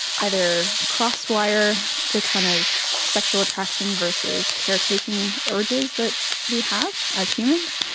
either cross wire the kind of sexual attraction versus caretaking urges that we have as human,